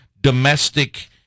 domestic